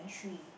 three